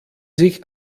sich